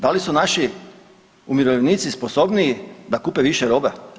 Da li su naši umirovljenici sposobniji da kupe više robe?